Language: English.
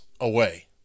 away